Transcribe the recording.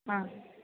ആ